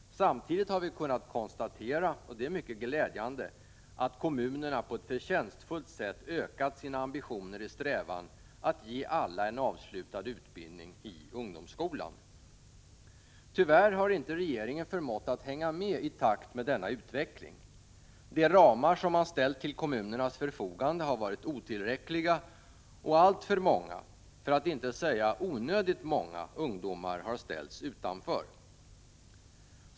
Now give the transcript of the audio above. Samtidigt har vi kunnat konstatera — och det är mycket glädjande — att kommunerna på ett förtjänstfullt sätt har ökat sina ambitioner i strävan att ge alla en avslutad utbildning i ungdomsskolan. Tyvärr har inte regeringen förmått att hänga med i takt med denna utveckling. De ramar som man ställt till kommunernas förfogande har varit otillräckliga, och alltför många, för att inte säga onödigt många ungdomar har ställts utanför.